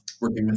working